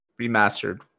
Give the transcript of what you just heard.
remastered